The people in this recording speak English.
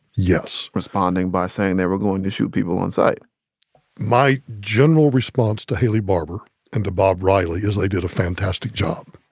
yes responding by saying they were going to shoot people on sight my general response to haley barbour and to bob riley is they did a fantastic job.